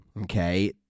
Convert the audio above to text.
Okay